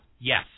Yes